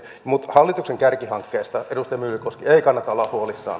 mutta hallituksen kärkihankkeista edustaja myllykoski ei kannata olla huolissaan